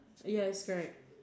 yes correct